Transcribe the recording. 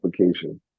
application